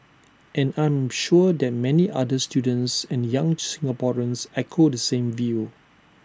and I am sure that many other students and young Singaporeans echo the same view